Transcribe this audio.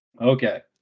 Okay